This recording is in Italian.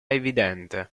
evidente